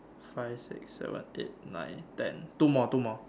five six seven eight nine ten two more two more